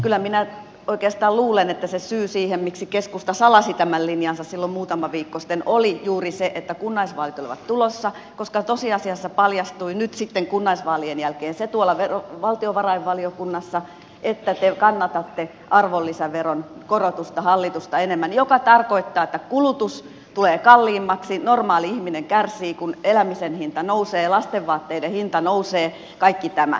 kyllä minä oikeastaan luulen että se syy siihen miksi keskusta salasi tämän linjansa silloin muutama viikko sitten oli juuri se että kunnallisvaalit olivat tulossa koska tosiasiassa paljastui nyt sitten kunnallisvaalien jälkeen tuolla valtiovarainvaliokunnassa se että te kannatatte hallitusta enemmän arvonlisäveron korotusta joka tarkoittaa sitä että kulutus tulee kalliimmaksi normaali ihminen kärsii kun elämisen hinta nousee ja lastenvaatteiden hinta nousee kaikki tämä